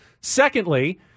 Secondly